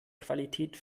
qualität